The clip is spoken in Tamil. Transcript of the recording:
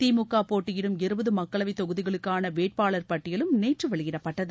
திமுக போட்டியிடும் இருபது மக்களவைத் தொகுதிகளுக்கான வேட்பாளர் பட்டியலும் நேற்று வெளியிடப்பட்டது